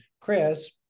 Chris